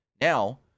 Now